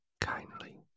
kindly